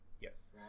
yes